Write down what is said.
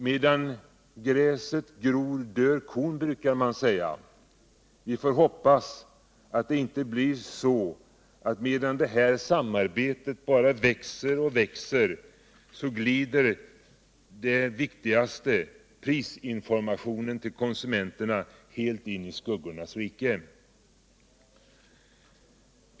Medan gräset gror dör kon, brukar man säga. Vi får hoppas att det inte blir så att medan det här samarbetet bara växer och växer, glider det viktigaste — prisinformationen ull konsumenterna — helt in i skuggornas rike.